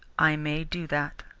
i may do that.